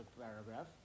paragraph